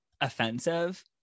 offensive